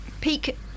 peak